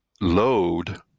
Load